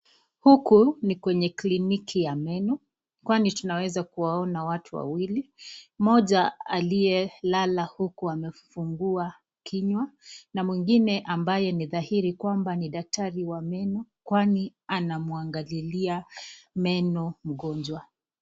Huku ni kwenye kliniki ya meno, kwani tunaweza kuwaona watu wawili, mmoja aliyelala huku amefungua kinywa na mwingine ambaye ni dhahiri kwamba ni daktari wa meno kwani anamwangalilia meno mgonjwa.